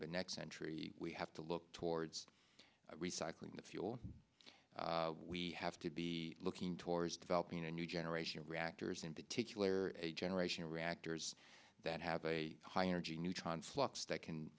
the next century we have to look towards recycling the fuel we have to be looking towards developing a new generation of reactors in particular a generation of reactors that have a high energy neutron flux that can